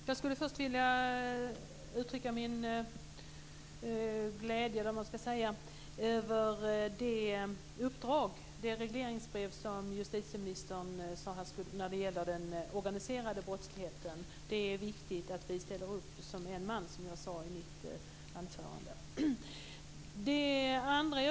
Fru talman! Jag vill först uttrycka min glädje över regleringsbrevet när det gäller den organiserade brottsligheten. Det är viktigt att vi ställer upp som en man, som jag sade i mitt anförande.